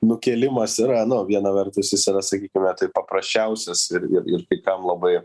nukėlimas yra nu viena vertus jis yra sakykime taip paprasčiausias ir ir ir kai kam labai